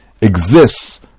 exists